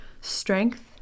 strength